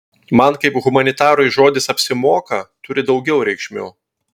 man kaip humanitarui žodis apsimoka turi daugiau reikšmių